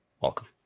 Welcome